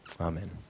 Amen